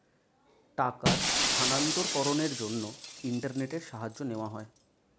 টাকার স্থানান্তরকরণের জন্য ইন্টারনেটের সাহায্য নেওয়া হয়